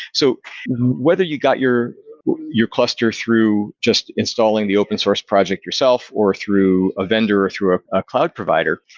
so whether you got your your cluster through just installing the open source project yourself or through a vendor or through a a cloud provider,